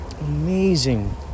Amazing